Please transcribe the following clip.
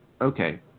okay